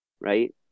Right